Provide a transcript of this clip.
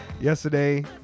yesterday